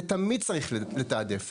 ותמיד צריך לתעדף.